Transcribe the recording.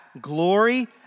glory